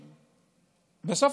בסוף,